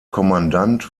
kommandant